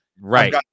Right